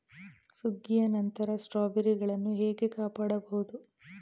ಸುಗ್ಗಿಯ ನಂತರ ಸ್ಟ್ರಾಬೆರಿಗಳನ್ನು ಹೇಗೆ ಕಾಪಾಡ ಬಹುದು?